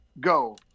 go